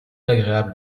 agréable